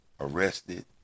arrested